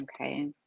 Okay